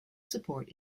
support